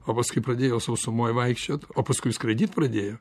o paskui pradėjo sausumoj vaikščiot o paskui skraidyt pradėjo